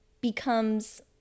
becomes